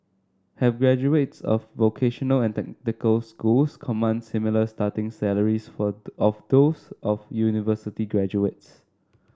have graduates of vocational and technical schools command similar starting salaries for of those of university graduates